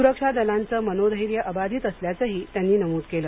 सुरक्षा दलांचं मनोधैर्य अबाधित असल्याचंही त्यांनी नमूद केलं